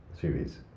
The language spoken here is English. series